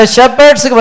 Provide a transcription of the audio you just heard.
Shepherds